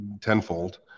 tenfold